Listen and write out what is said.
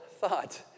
thought